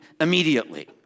Immediately